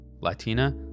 Latina